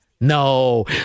No